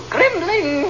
Grimling